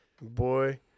Boy